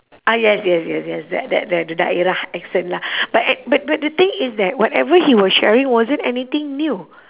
ah yes yes yes yes that that that the accent lah but act~ but but the thing is that whatever he was sharing wasn't anything new